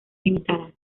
limitadas